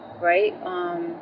right